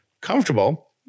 comfortable